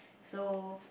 so